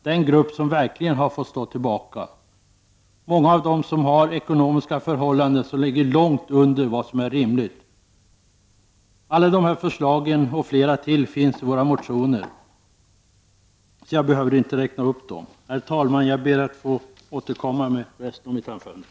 Det är en grupp som verkligen fått stå tillbaka. Många av dessa pensionärer har ekonomiska förhållanden som ligger långt under vad som är rimligt. Dessa förslag och flera till finns i våra motioner, så jag behöver inte räkna upp alla förslag. Herr talman! Jag ber att få återkomma med resten av mitt anförande.